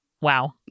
wow